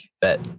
bet